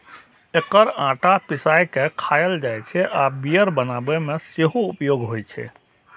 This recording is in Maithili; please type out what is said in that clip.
एकर आटा पिसाय के खायल जाइ छै आ बियर बनाबै मे सेहो उपयोग होइ छै